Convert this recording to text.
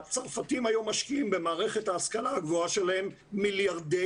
הצרפתים היום משקיעים במערכת ההשכלה הגבוהה שלהם מיליארדי